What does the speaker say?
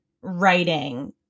writing